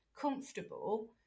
comfortable